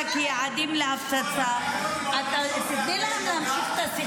כיעדים להפצצה" ------ את תיתני להם להמשיך את השיחה?